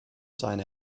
seine